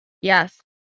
Yes